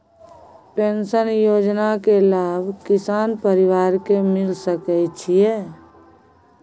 Pension योजना के लाभ किसान परिवार के मिल सके छिए?